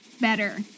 better